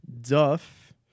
Duff